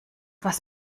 was